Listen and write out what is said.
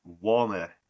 warmer